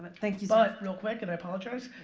but thank you but real quick. and i apologize.